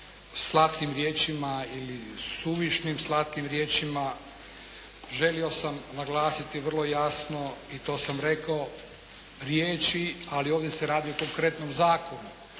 slatkim riječima ili suvišnim slatkom riječima. Želio sam naglasiti vrlo jasno i to sam rekao, riječi ali ovdje se radi o konkretnom zakonu.